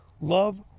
love